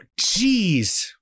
Jeez